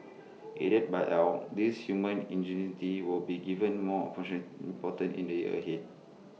aided by al this human ingenuity will be given more function important in the years ahead